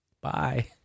Bye